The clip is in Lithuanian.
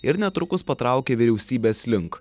ir netrukus patraukė vyriausybės link